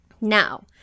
Now